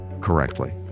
correctly